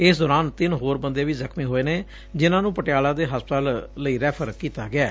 ਇਸ ਦੌਰਾਨ ਤਿਨ ਹੋਰ ਬੰਦੇ ਵੀ ਜ਼ਖ਼ਮੀ ਹੋਏ ਨੇ ਜਿਨੂਂ ਨੂੰ ਪਟਿਆਲਾ ਦੇ ਹਸਪਤਾਲ ਲਈ ਰੈਫ਼ਰ ਕੀਤਾ ਗਿਐ